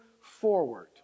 forward